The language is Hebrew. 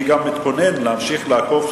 אני גם מתכונן להמשיך לעקוב.